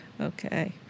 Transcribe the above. Okay